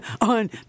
on